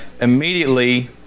immediately